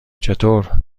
چطور